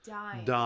dying